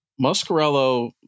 Muscarello